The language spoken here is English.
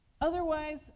Otherwise